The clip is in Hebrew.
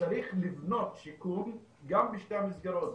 צריך לבנות שיקום בשתי המסגרות,